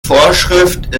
vorschrift